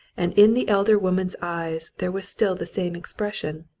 and in the elder woman's eyes there was still the same expression,